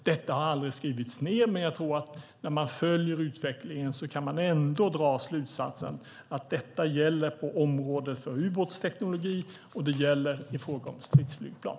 Detta har aldrig skrivits ned, men när man följer utvecklingen kan man ändå dra slutsatsen att detta gäller på området för ubåtsteknologi och i fråga om stridsflygplan.